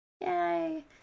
yay